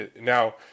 now